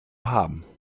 haben